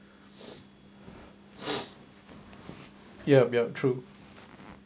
yup yup true